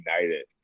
united